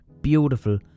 beautiful